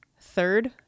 third